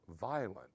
violent